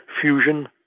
fusion